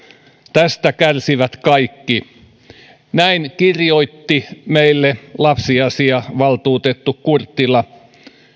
tästä kärsivät kaikki näin kirjoitti meille lapsiasiavaltuutettu kurttila